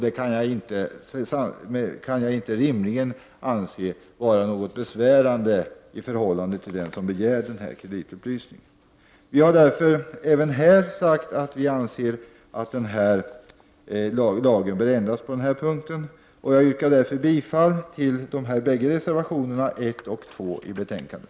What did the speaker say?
Det kan jag rimligen inte anse vara något besvärande i förhållandet till den som begär kreditupplysningen. Vi anser att lagen bör ändras på den här punkten, och jag yrkar därför bifall till reservationerna 1 och 2, fogade till betänkandet.